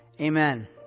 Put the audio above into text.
Amen